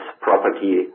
property